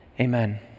Amen